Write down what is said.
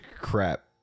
crap